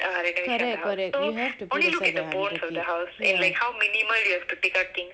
correct correct you have to put aside the hundred K ya